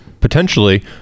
potentially